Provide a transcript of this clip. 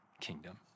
kingdom